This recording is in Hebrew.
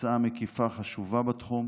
הצעה מקיפה חשובה בתחום,